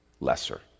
lesser